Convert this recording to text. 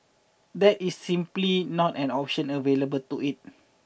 that is simply not an option available to it